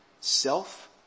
Self